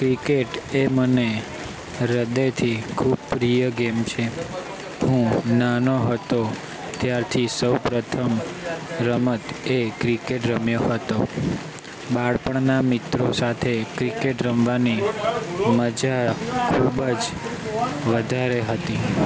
cricket એ મને હૃદયથી ખૂબ પ્રિય ગેમ છે હું નાનો હતો ત્યારથી સૌપ્રથમ રમત એ ક્રિકેટ રમ્યો હતો બાળપણના મિત્રો સાથે ક્રિકેટ રમવાની મજા ખૂબ જ વધારે હતી